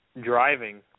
driving